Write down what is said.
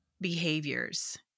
behaviors